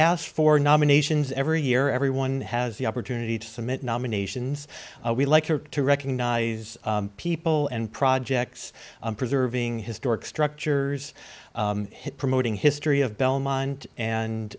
asked for nominations every year everyone has the opportunity to submit nominations we like to recognize people and projects preserving historic structures promoting history of belmont and